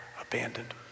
abandoned